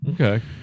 Okay